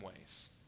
ways